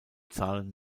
zahlen